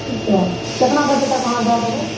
ठीक छै तऽ कितना बजे तक अहाँ दऽ देबै